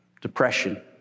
Depression